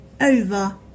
over